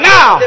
Now